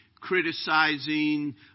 criticizing